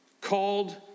called